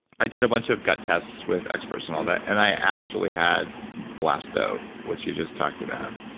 i did a bunch of gut tests with experts and all that. and i actually had blasto, what you just talked about,